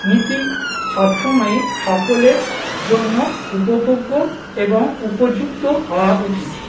নীতি সবসময়ে সকলের জন্য উপভোগ্য এবং উপযুক্ত হওয়া উচিত